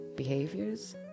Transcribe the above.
behaviors